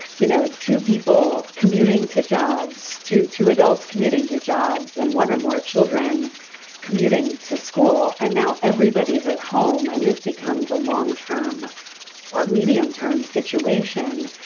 you know, two people commuting two jobs to two adults commuting to jobs and one or more children commuting to school. and now everybody is at home and this becomes a long term or medium term situation.